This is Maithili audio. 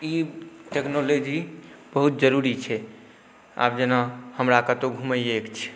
ई टेक्नोलॉजी बहुत जरूरी छै आब जेना हमरा कतहु घुमैएके छै